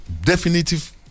definitive